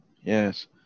yes